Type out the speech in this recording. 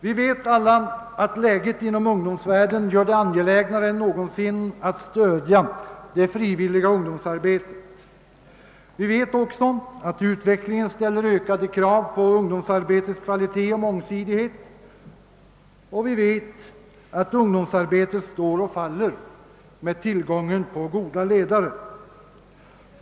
Vi vet alla att läget inom ungdomsvärlden gör det angelägnare än någonsin att stödja det frivilliga ungdomsarbetet, vi vet att utvecklingen ställer ökade krav på ungdomsarbetets kvalitet och mångsidighet och vi vet också att ungdomsarbetet står och faller med tillgången på goda ledare.